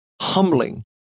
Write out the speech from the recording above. humbling